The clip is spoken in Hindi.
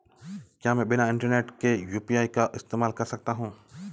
क्या मैं बिना इंटरनेट के यू.पी.आई का इस्तेमाल कर सकता हूं?